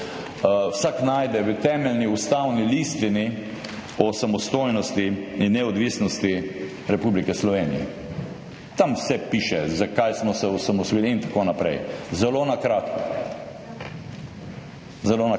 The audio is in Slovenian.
vsak najde v Temeljni ustavni listini o samostojnosti in neodvisnosti Republike Slovenije. Tam vse piše, zakaj smo se osamosvojili in tako naprej, zelo na kratko. Zelo na kratko.